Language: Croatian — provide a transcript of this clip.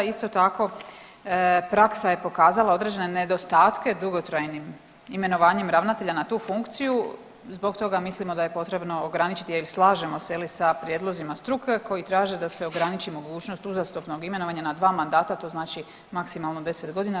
Isto tako, praksa je pokazala određene nedostatke dugotrajnim imenovanjem ravnatelja na tu funkciju zbog toga mislimo da je potrebno ograničiti, a i slažemo se je li sa prijedlozima struke koji traže da se ograniči mogućnost uzastopnog imenovanja na dva mandata to znači maksimalno 10 godina.